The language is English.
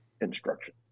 instruction